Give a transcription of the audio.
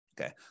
Okay